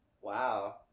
Wow